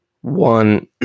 one